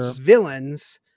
villains